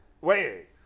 Wait